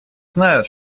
знают